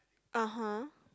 (uh huh)